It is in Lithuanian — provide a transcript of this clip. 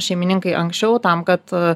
šeimininkai anksčiau tam kad